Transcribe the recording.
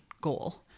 goal